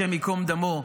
השם ייקום דמו,